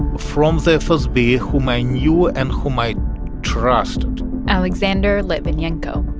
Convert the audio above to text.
from the fsb whom i knew and whom i trusted alexander litvinenko,